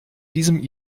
diesem